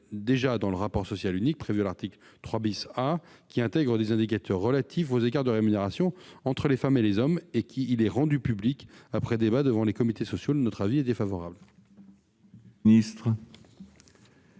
dans le rapport social unique prévu à l'article 3 A, qui intégrera des indicateurs relatifs aux écarts de rémunération entre les femmes et les hommes, et qui sera rendu public après débat devant les comités sociaux. L'avis est donc défavorable.